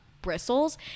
bristles